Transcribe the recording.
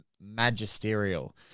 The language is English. magisterial